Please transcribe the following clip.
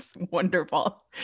Wonderful